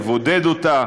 לבודד אותה,